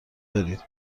دارید